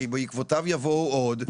שבעקבותיו יבואו עוד,